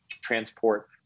transport